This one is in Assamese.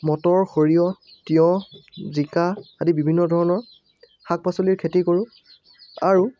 মটৰ সৰিয়হ তিয়ঁহ জিকা আদি বিভিন্ন ধৰণৰ শাক পাচলিৰ খেতি কৰোঁ আৰু